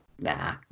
Nah